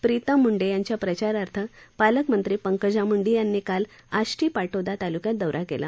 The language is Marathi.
प्रितमताई मुंडे यांच्या प्रचारार्थ पालकमंत्री पंकजा मुंडे यांनी काल आष्टी पाटोदा तालुक्यात दौरा केला